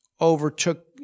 overtook